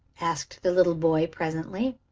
asked the little boy, presently.